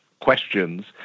questions